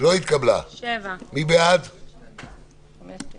הצבעה הרוויזיה לא אושרה.